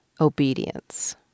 obedience